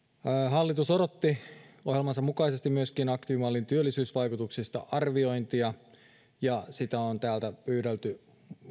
hallitus odotti ohjelmansa mukaisesti myöskin aktiivimallin työllisyysvaikutuksista arviointia ja sitä on täältä pyydelty